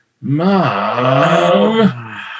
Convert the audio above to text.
mom